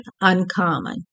uncommon